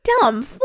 dumb